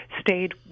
stayed